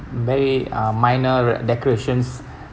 may um minor decorations